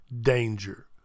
Danger